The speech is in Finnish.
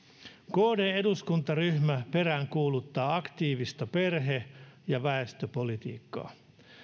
kd eduskuntaryhmä peräänkuuluttaa aktiivista perhe ja väestöpolitiikkaa